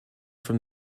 from